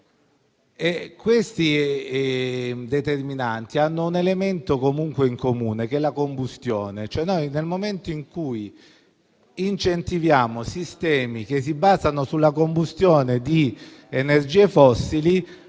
queste determinanti hanno un elemento in comune, che è la combustione. Nel momento in cui incentiviamo sistemi che si basano sulla combustione di energie fossili,